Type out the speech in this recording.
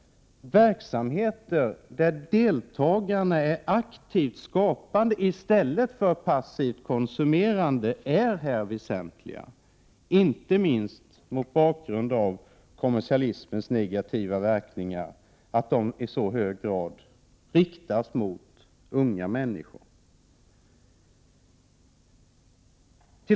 Verksamheter där deltagarna är aktivt skapande i stället för passivt konsumerande är här väsentliga — inte minst mot bakgrund av kommersialismens negativa verkningar som unga människor i så hög grad får kännas vid.